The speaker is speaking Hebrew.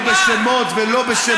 יואל, זה לא מכובד,